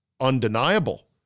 undeniable